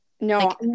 No